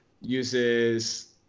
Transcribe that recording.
Uses